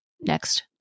next